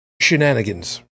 shenanigans